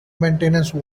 maintenance